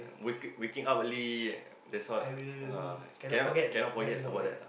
waking waking up early that's all uh cannot cannot forget about that ah